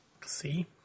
See